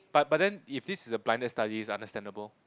but but then if this is a blinded study it is understandable